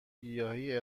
گیاهی